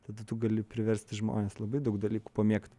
tada tu gali priversti žmones labai daug dalykų pamėgti